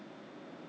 oh